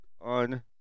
on